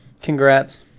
Congrats